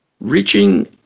Reaching